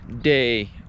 day